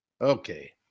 Okay